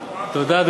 תודה.